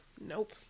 nope